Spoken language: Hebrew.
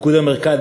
פיקוד המרכז,